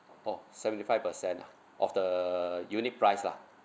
oh seventy five percent ah of the unit price lah